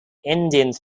indians